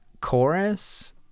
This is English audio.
chorus